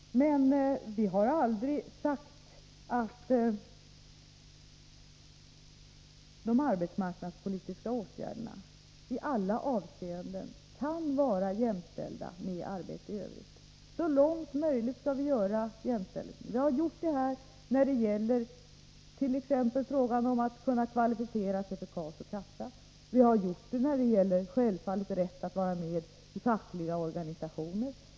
Men vi har aldrig sagt att de arbetsmarknadspolitiska åtgärderna i alla avseenden kan vara jämställda med arbete i övrigt. Så långt det är möjligt skall vi åstadkomma jämställdhet. Vi har gjort det när det gäller att kvalificera sig för KAS och kassa. Vi har självfallet gjort det när det gäller rätten att vara med i fackliga organisationer.